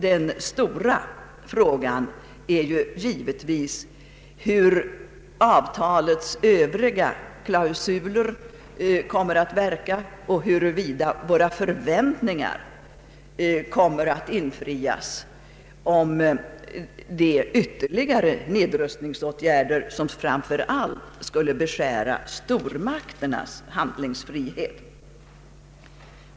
Den stora frågan är givetvis hur avtalets övriga klausuler kommer att verka och huruvida våra förväntningar kommer att infrias beträffande de ytterligare nedrustningsåtgärder som framför allt skulle beskära stormakternas handlingsfrihet.